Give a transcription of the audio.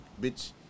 bitch